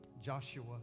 Joshua